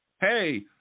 Hey